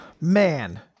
man